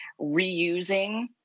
reusing